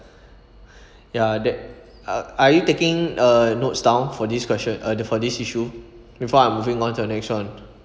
ya that are are you taking uh notes down for this question uh the for this issue before I'm moving on to the next one